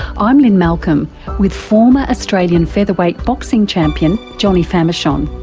i'm lynne malcolm with former australian featherweight boxing champion johnny famechon,